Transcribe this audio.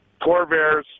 Corvairs